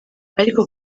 ariko